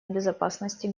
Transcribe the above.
безопасности